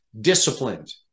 disciplined